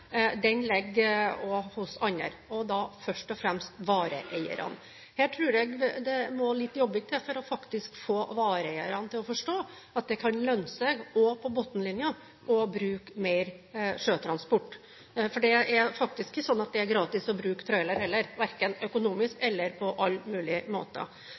hos andre, og da først og fremst hos vareeierne. Her tror jeg det må litt jobbing til for faktisk å få vareeierne til å forstå at det kan lønne seg, også på bunnlinjen, å bruke mer sjøtransport, for det er faktisk ikke slik at det er gratis å bruke trailer heller, verken økonomisk